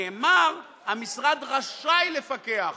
נאמר, המשרד רשאי לפקח.